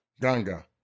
Ganga